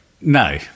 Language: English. No